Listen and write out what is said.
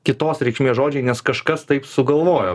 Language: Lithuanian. kitos reikšmės žodžiai nes kažkas taip sugalvojo